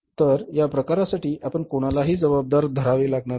तर या प्रकारासाठी आपण कोणालाही जबाबदार धरावे लागणार नाही